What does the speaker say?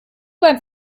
beim